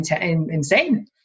insane